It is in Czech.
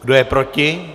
Kdo je proti?